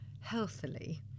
healthily